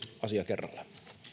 asia kerrallaan